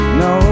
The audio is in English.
no